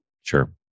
Sure